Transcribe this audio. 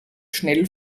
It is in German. schnell